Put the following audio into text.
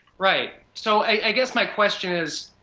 right, so i guess my question is,